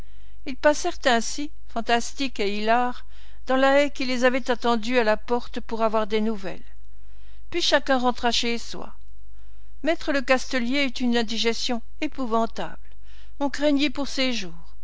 ils passèrent ainsi fantastiques et hilares dans la haie qui les avait attendus à la porte pour avoir des nouvelles puis chacun rentra chez soi me lecastelier eut une indigestion épouvantable on craignit pour ses jours